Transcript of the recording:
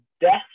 Death